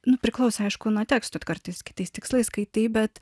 nu priklauso aišku nuo tekstų kartais kitais tikslais skaitai bet